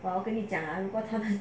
but 我跟你讲如果他们